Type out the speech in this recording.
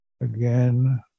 Again